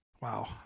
Wow